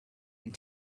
and